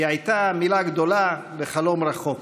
היא הייתה מילה גדולה וחלום רחוק.